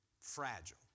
fragile